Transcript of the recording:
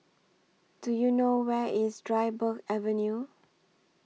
Do YOU know Where IS Dryburgh Avenue